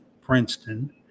Princeton